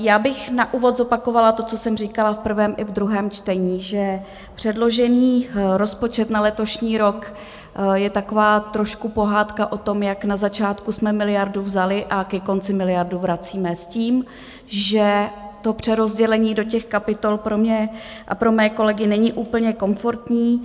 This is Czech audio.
Já bych na úvod zopakovala to, co jsem říkala v prvém i druhém čtení, že předložený rozpočet na letošní rok je taková trošku pohádka o tom, jak na začátku jsme miliardu vzali a ke konci miliardu vracíme, s tím, že to přerozdělení do těch kapitol pro mě a pro mé kolegy není úplně komfortní.